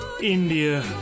India